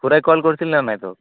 খুৰাই কল কৰিছিল নে নাই তোক